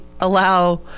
allow